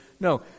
No